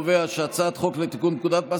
לוועדת הכספים הזמנית את הצעת חוק לתיקון פקודת מס